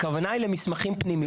הכוונה היא לתכתובות פנימיות.